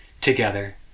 together